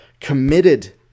committed